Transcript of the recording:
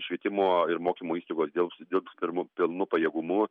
švietimo ir mokymo įstaigos dirbs dirbs pil pilnu pajėgumu